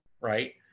right